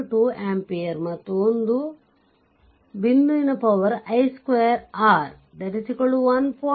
2 ampere ಮತ್ತು ಒಂದು ಬಿಂದುವಿನ ಪವರ್ i2r 1